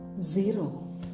zero